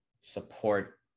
support